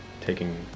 taking